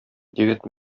егет